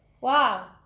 wow